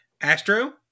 Astro